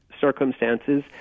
circumstances